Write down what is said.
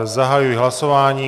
Zahajuji hlasování.